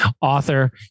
author